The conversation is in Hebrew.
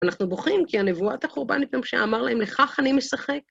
אנחנו בוכים כי נבואת החורבן אמר להם, לכך אני משחק.